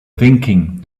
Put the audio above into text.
thinking